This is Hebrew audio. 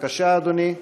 בבקשה, אדוני.